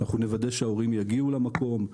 אנחנו נוודא שההורים יגיעו למקום,